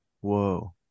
Whoa